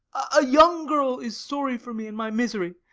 a young girl, is sorry for me in my misery.